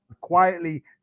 quietly